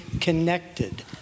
connected